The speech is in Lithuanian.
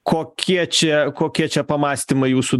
kokie čia kokie čia pamąstymai jūsų